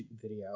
video